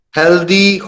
healthy